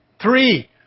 Three